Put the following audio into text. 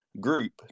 group